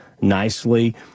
nicely